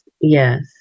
yes